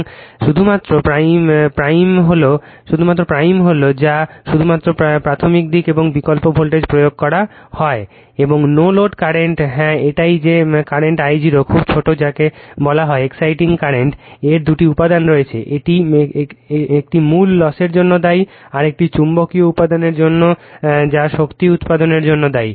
এবং শুধুমাত্র প্রাইম হল যা কল যা শুধুমাত্র প্রাথমিক দিক এবং বিকল্প ভোল্টেজ প্রয়োগ করা হয় এবং এই নো লোড কারেন্ট হ্যাঁ এটাই যে কারেন্ট I0 খুব ছোট যাকে বলা হয় এক্সাইটিং কারেন্ট এর দুটি উপাদান রয়েছে একটি মূল লসের জন্য দায়ী আরেকটি চুম্বকীয় উপাদানের জন্য যা শক্তি উৎপাদনের জন্য দায়ী